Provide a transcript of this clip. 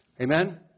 Amen